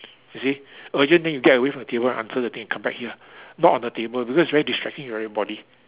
you see urgent then you get away from the table answer the thing and come back here not on the table because it's very distracting to everybody